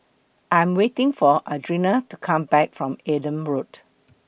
I Am waiting For Adrianna to Come Back from Adam Park